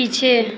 पीछे